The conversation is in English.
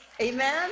Amen